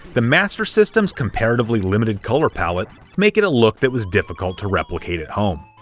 the master system's comparatively-limited color palette make it a look that was difficult to replicate at home.